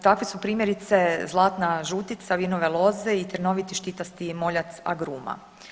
Takvi su primjerice zlatna žutica vinove loze i trnoviti štitasti moljac agruma.